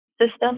system